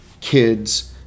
kids